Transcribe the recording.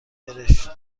برشتوک